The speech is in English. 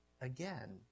again